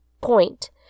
point